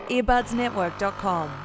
Earbudsnetwork.com